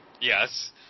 Yes